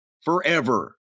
forever